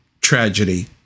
tragedy